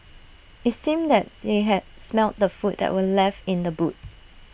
IT seemed that they had smelt the food that were left in the boot